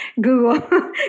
Google